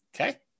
Okay